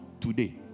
today